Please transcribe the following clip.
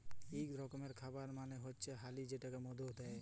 ইক রকমের খাবার মালে হচ্যে হালি যেটাকে মধু ব্যলে